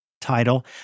title